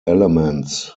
elements